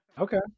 Okay